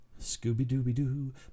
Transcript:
Scooby-Dooby-Doo